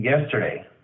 yesterday